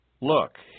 Look